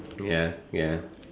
ya ya